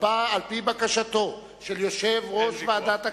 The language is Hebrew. על-פי בקשתו של יושב-ראש ועדת הכנסת,